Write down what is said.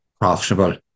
profitable